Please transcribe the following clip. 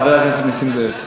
חבר הכנסת נסים זאב.